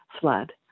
flood